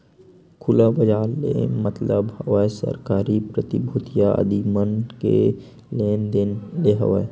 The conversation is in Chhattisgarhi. खुला बजार ले मतलब हवय सरकारी प्रतिभूतिया आदि मन के लेन देन ले हवय